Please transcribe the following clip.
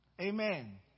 Amen